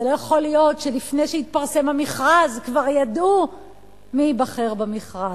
זה לא יכול להיות שלפני שהתפרסם המכרז כבר ידעו מי ייבחר במכרז.